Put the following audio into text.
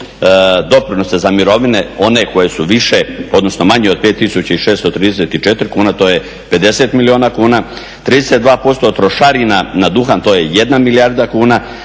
doprinosa za mirovine one koje su više odnosno manje od 5.634 kune to je 50 milijuna kuna, 32% trošarina na duhan to je jedna milijarda kuna,